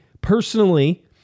personally